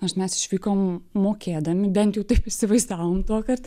nors mes išvykom mokėdami bent jau taip įsivaizdavom tuokart